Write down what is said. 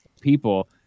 people